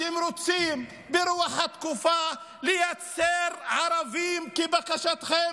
אתם רוצים, ברוח התקופה, לייצר ערבים כבקשתכם.